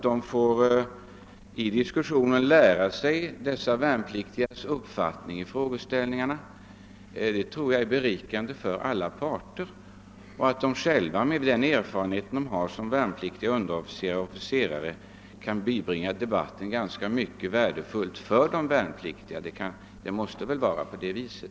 Det vore säkerligen berikande för alla parter om värnpliktiga officerare och underofficerare genom diskussioner fick tillfälle att lära känna de värnpliktigas uppfattningar i olika frågor. Med de erfarenheter de har kan de säkerligen tillföra debatten värdefulla synpunkter.